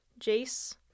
Jace